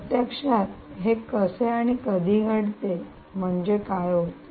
प्रत्यक्षात हे कसे आणि कधी घडते म्हणजे काय होते